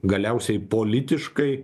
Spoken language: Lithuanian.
galiausiai politiškai